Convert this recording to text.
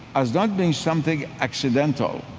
as not being something accidental.